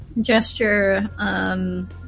Gesture